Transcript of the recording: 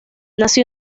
nació